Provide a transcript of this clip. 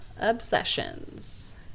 obsessions